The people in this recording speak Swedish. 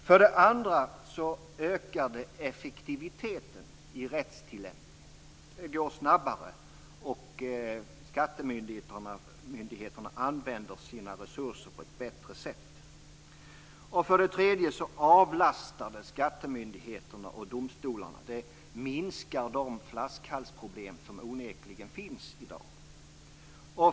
För det andra ökar det effektiviteten i rättstillämpningen. Det går snabbare, och skattemyndigheterna använder sina resurser på ett bättre sätt. För det tredje avlastar det skattemyndigheterna och domstolarna. Det minskar de flaskhalsproblem som onekligen finns i dag.